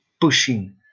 pushing